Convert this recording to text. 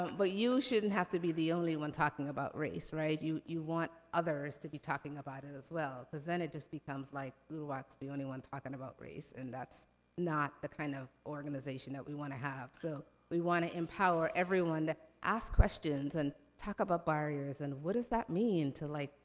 but, you shouldn't have to be the only one talking about race, right? you you want others to be talking about it as well, because then it just becomes like, uduak's the only one talking about race, and that's not the kind of organization that we wanna have. so, we wanna empower everyone to ask questions, and talk about barriers, and what does that mean? so like,